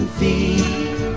feed